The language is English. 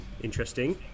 Interesting